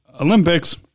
Olympics